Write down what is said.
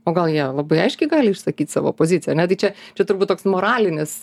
o gal jie labai aiškiai gali išsakyt savo poziciją ane tai čia čia turbūt toks moralinis